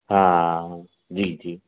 हा जी जी